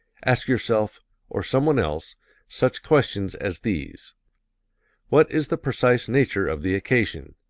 ask yourself or someone else such questions as these what is the precise nature of the occasion?